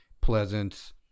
pleasant